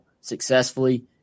successfully